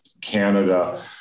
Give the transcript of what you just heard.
Canada